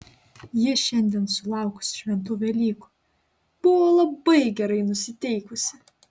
ji šiandien sulaukusi šventų velykų buvo labai gerai nusiteikusi